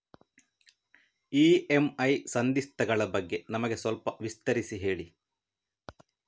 EMI ಸಂಧಿಸ್ತ ಗಳ ಬಗ್ಗೆ ನಮಗೆ ಸ್ವಲ್ಪ ವಿಸ್ತರಿಸಿ ಹೇಳಿ